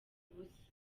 ubusa